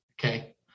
Okay